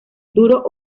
duro